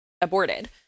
aborted